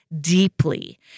deeply